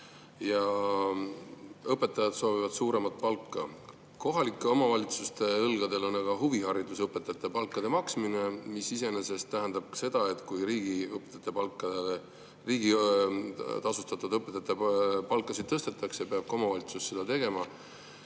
Õpetajad soovivad suuremat palka. Kohalike omavalitsuste õlgadel on aga huvihariduse õpetajate palkade maksmine, mis iseenesest tähendab ka seda, et kui riigi tasustatud õpetajate palkasid tõstetakse, peab ka omavalitsus seda tegema.